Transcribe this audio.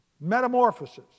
metamorphosis